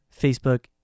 Facebook